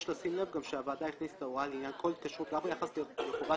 יש לשים לב גם שהוועדה הכניסה הוראה לעניין כל התקשרות גם ביחס לטובת